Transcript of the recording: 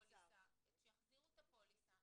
שיחזירו את הפוליסה